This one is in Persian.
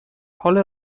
حال